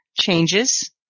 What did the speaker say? changes